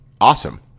awesome